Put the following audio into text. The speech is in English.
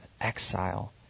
exile